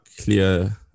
clear